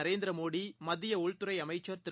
Narendra Modi மத்தியஉள்துறைஅமைச்சா் Thiru